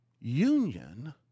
union